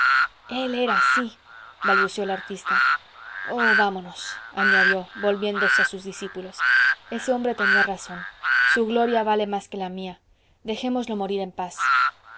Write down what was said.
él era sí balbuceó el artista oh vamonos añadió volviéndose a sus discípulos ese hombre tenía razón su gloria vale más que la mía dejémoslo morir en paz